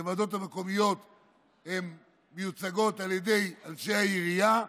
כי הוועדות המקומיות מיוצגות על ידי אנשי העירייה.